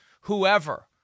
whoever